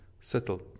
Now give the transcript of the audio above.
settled